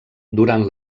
durant